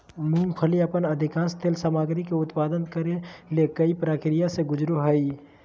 मूंगफली अपन अधिकांश तेल सामग्री के उत्पादन करे ले कई प्रक्रिया से गुजरो हइ